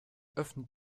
öffnet